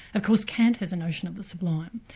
of course kant has a notion of the sublime,